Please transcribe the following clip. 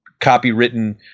copywritten